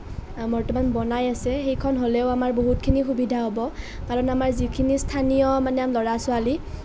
বৰ্তমান বনাই আছে সেইখন হ'লেও আমাৰ বহুতখিনি সুবিধা হ'ব কাৰণ আমাৰ যিখিনি স্থানীয় মানে ল'ৰা ছোৱালী